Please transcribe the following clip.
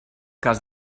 cas